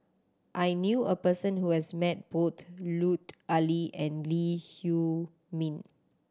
I knew a person who has met both Lut Ali and Lee Huei Min